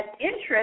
interest